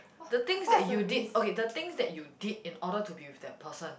the things that you did okay the things that you did in order to be with that person